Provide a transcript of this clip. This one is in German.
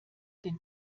den